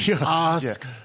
ask